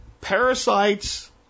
parasites